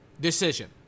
decision